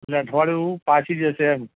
એટલે અઠવાડિયું પાછી જશે એમ